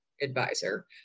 advisor